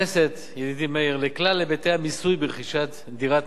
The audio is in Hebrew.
לכלל היבטי המיסוי ברכישת דירת מגורים על-ידי תושבי חוץ,